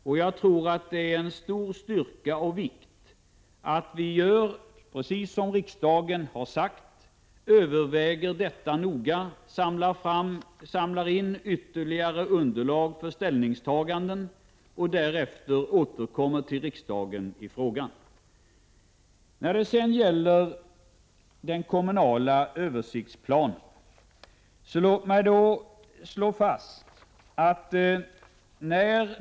Och jag tror att det är av stor vikt att regeringen gör precis som riksdagen har uttalat, nämligen överväger detta noga, samlar in ytterligare underlag för ställningstaganden och därefter återkommer till riksdagen i frågan. När det sedan gäller den kommunala översiktsplanen vill jag slå fast följande.